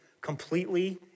completely